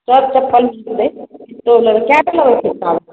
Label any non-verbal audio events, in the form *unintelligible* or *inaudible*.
सब चप्पल *unintelligible* कएगो लेबै चप्पल